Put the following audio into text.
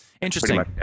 Interesting